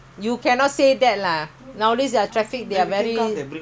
maybe can but you have to buy lah coupon ya ya can can can